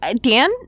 Dan